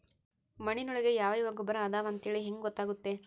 ಮಣ್ಣಿನೊಳಗೆ ಯಾವ ಯಾವ ಗೊಬ್ಬರ ಅದಾವ ಅಂತೇಳಿ ಹೆಂಗ್ ಗೊತ್ತಾಗುತ್ತೆ?